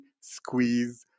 squeeze